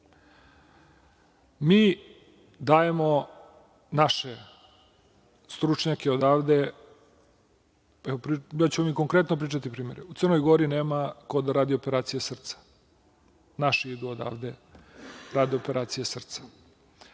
Mi dajemo naše stručnjake odavde, daću vam konkretno tri, četiri primera. U Crnoj Gori nema ko da radi operacije srca, naši idu odavde i rade operacije srca.